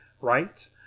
right